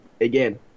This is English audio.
again